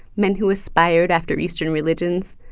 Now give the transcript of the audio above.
men who aspired after eastern religions,